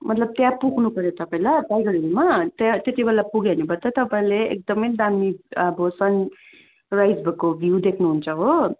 मतलब त्यहाँ पुग्नुपऱ्यो तपाईँ ल टाइगर हिलमा त्यहाँ त्यति बेला पुग्यो भने मात्रै तपाईँले एकदमै दामी अब सनराइज भएको भ्यू देख्नुहुन्छ हो